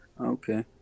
okay